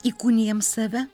įkūnijam save